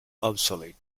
obsolete